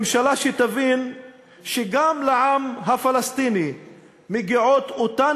ממשלה שתבין שגם לעם הפלסטיני מגיעות אותן